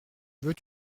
veux